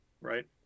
right